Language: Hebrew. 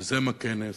יוזם הכנס,